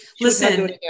Listen